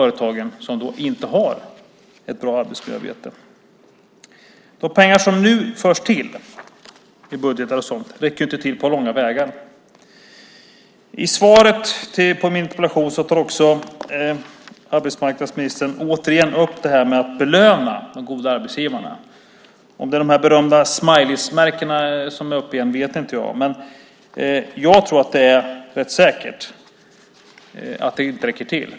De pengar som nu förs till i budgetar och så vidare räcker inte på långa vägar. I svaret på min interpellation tar arbetsmarknadsministern återigen upp detta att belöna de goda arbetsgivarna. Om det är de berömda smileymärkena som är på tapeten igen vet jag inte, men jag tror att det är rätt säkert att det inte räcker till.